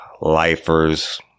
lifers